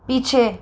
पीछे